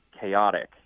chaotic